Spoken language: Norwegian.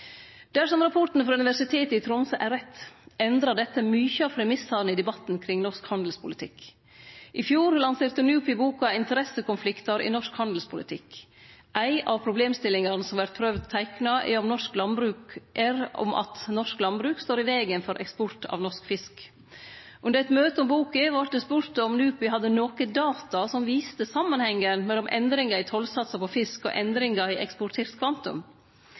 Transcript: Dersom rapporten frå Universitetet i Tromsø er rett, endrar dette mykje av premissane i debatten kring norsk handelspolitikk. I fjor lanserte NUPI boka «Interessekonflikter i norsk handelspolitikk». Ei av problemstillingane som vert prøvd teikna, er at norsk landbruk står i vegen for eksport av norsk fisk. Under eit møte om boka vart det spurt om NUPI hadde data som viste samanhengen mellom endringar i tollsatsar på fisk og endringar i